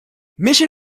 mission